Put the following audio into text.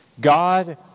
God